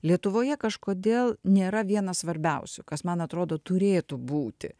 lietuvoje kažkodėl nėra vienas svarbiausių kas man atrodo turėtų būti